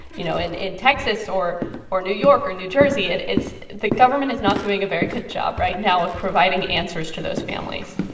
you know, in in texas or or new york or new jersey. it's the government is not doing a very good job right now of providing answers to those families